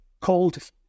called